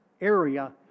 area